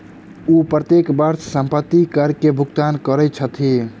ओ प्रत्येक वर्ष संपत्ति कर के भुगतान करै छथि